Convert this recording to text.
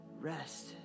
rest